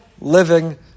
living